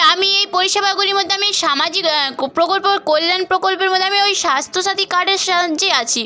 আমি এই পরিষেবাগুলির মধ্যে আমি এই সামাজিক কো প্রকল্প কল্যাণ প্রকল্পের মধ্যে আমি ওই স্বাস্থ্যসাথী কার্ডের সাহায্যে আছি